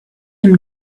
him